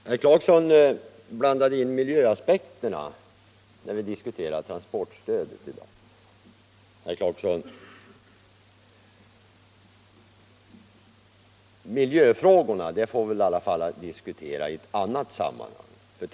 Herr talman! Herr Clarkson blandar in miljöaspekterna när vi i dag diskuterar transportstödet. Men dessa frågor bör vi väl ändå diskutera i ett annat sammanhang.